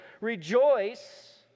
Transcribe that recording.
rejoice